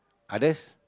others